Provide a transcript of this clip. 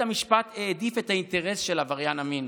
בית המשפט העדיף את האינטרס של עבריין המין,